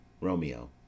romeo